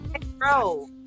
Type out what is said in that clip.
bro